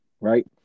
right